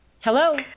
hello